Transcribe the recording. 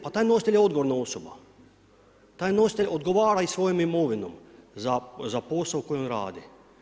Pa taj nositelj je odgovorna osoba, taj nositelj odgovara i svojom imovinom za posao koji radi.